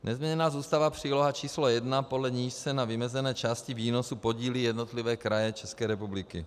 Nezměněná zůstává příloha č. 1, podle níž se na vymezené části výnosu podílí jednotlivé kraje České republiky.